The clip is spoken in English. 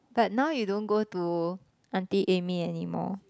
but now you don't go to auntie Amy anymore